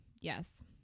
Yes